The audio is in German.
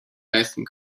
leisten